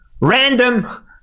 random